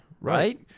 right